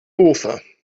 author